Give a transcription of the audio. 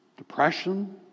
Depression